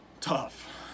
tough